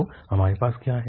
तो हमारे पास क्या है